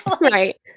Right